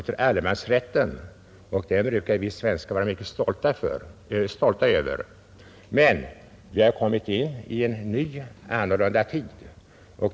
heter allemansrätten och som vi svenskar brukar vara mycket stolta över. Men vi har kommit in i en ny och annorlunda tid.